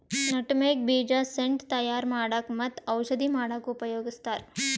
nutmeg ಬೀಜ scent ತಯಾರ್ ಮಾಡಕ್ಕ್ ಮತ್ತ್ ಔಷಧಿ ಮಾಡಕ್ಕಾ ಉಪಯೋಗಸ್ತಾರ್